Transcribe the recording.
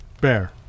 bear